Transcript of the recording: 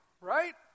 right